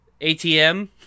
ATM